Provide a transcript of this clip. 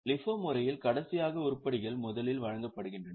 எனவே LIFO முறையில் கடைசியாக உருப்படிகள் முதலில் வழங்கப்படுகின்றன